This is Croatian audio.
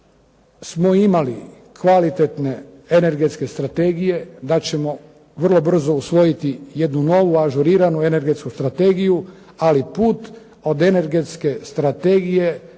smo imali kvalitetne energetske strategije, da ćemo vrlo brzo usvojiti jednu novu, ažuriranu energetsku strategiju, ali put od energetske strategije